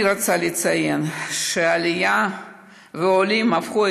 אני רוצה לציין שהעלייה והעולים הפכו